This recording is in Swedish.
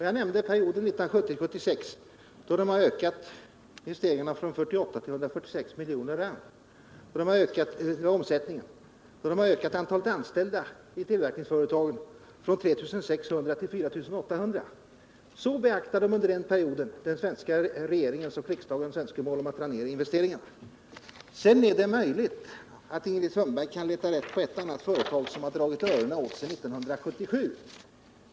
Jag nämnde perioden 1970-1976, då de svenska företagen ökade sina investeringar från 48 till 146 miljoner rand. Under denna period ökade de omsättningen, och de ökade antalet anställda vid tillverkningsföretagen från 3 600 till 4 800. Så beaktade företagen under denna period regeringens och riksdagens önskemål om att de skulle dra ned investeringarna! Sedan är det möjligt att Ingrid Sundberg kan leta rätt på ett eller annat företag som dragit öronen åt sig 1977.